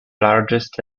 largest